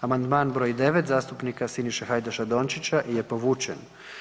Amandman br. 9 zastupnika Siniše Hajdaša Dončića je povučen.